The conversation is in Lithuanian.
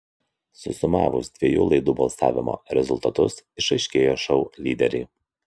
susumavus dviejų laidų balsavimo rezultatus išaiškėjo šou lyderiai